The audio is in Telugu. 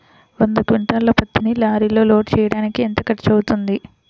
వంద క్వింటాళ్ల పత్తిని లారీలో లోడ్ చేయడానికి ఎంత ఖర్చవుతుంది?